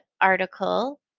article